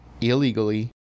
illegally